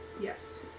Yes